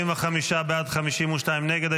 45 בעד, 52 נגד.